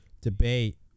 debate